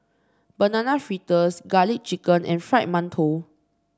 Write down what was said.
Banana Fritters garlic chicken and Fried Mantou